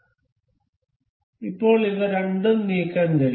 അതിനാൽ ഇപ്പോൾ ഇവ രണ്ടും നീക്കാൻ കഴിയും